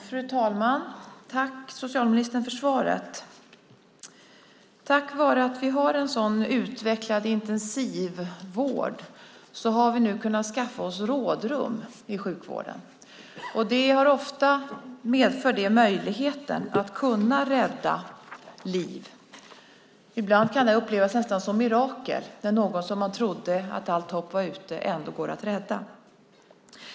Fru talman! Tack, socialministern, för svaret! Tack vare att vi har en så utvecklad intensivvård har vi nu kunnat skaffa oss rådrum i sjukvården. Ofta medför det möjligheten att rädda liv. Ibland kan det upplevas nästan som mirakel när någon som man trodde att allt hopp var ute för ändå går att rädda.